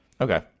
Okay